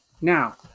Now